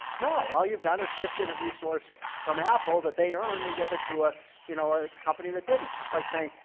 no. all you've done is shifted a resource from apple that they earned and give it to a you know a company that didn't. it's just like saying,